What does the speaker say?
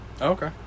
Okay